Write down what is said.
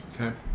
Okay